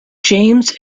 james